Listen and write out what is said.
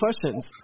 questions